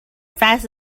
fast